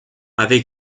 avec